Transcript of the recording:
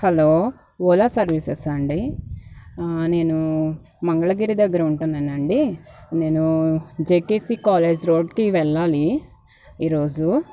hello Ola సర్వీసెస్సా అండి నేను మంగళగిరి దగ్గర ఉంటున్నానండి నేను జెకెసి కాలేజ్ రోడ్కి వెళ్ళాలి ఈరోజు